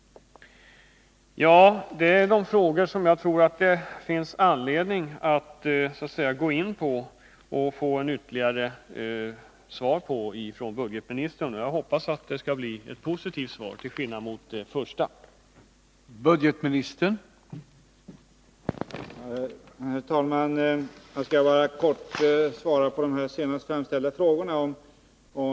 Ja, det var frågor som jag tror att det finns anledning att gå in på, och jag vill ha ytterligare svar från budgetministern. Jag hoppas att det skall bli positiva svar, till skillnad mot det första svaret.